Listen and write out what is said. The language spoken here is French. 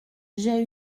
j’ai